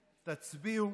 תצביעו,